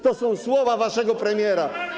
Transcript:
To są słowa waszego premiera.